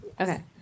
okay